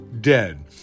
dead